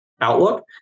outlook